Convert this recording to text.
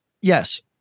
Yes